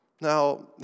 Now